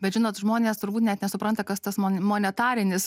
bet žinot žmonės turbūt net nesupranta kas tas mon monetarinis